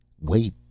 Wait